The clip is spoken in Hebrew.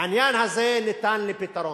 העניין הזה ניתן לפתרון.